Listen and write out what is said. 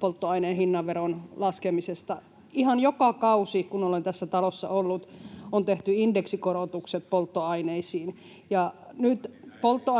polttoaineen hinnan, veron laskemisesta. Ihan joka kausi, kun olen tässä talossa ollut, on tehty indeksikorotukset polttoaineisiin, [Sheikki Laakso: